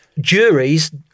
juries